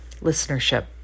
Listenership